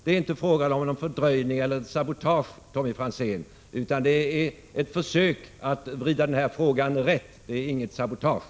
Det är inte fråga om någon fördröjning eller något sabotage, Tommy Franzén, utan det är ett försök att vrida den här frågan rätt. Det är inget sabotage!